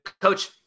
coach